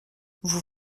vous